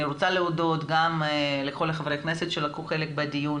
אני רוצה להודות לכל חברי הכנסת שלקחו חלק בדיון,